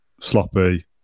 Sloppy